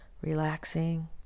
relaxing